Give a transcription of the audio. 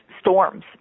storms